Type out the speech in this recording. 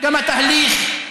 גם התהליך,